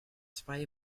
zwei